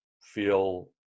feel